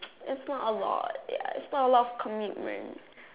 it's not a lot ya its not a lot of commitment